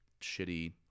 shitty –